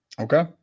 Okay